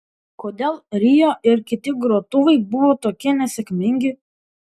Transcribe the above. kodėl rio ir kiti grotuvai buvo tokie nesėkmingi